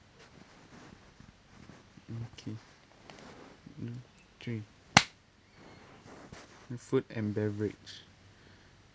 okay two three food and beverage